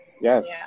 yes